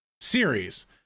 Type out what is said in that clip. series